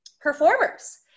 performers